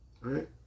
right